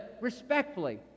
respectfully